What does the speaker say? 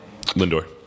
Lindor